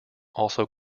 also